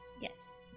Yes